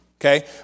Okay